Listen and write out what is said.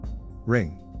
Ring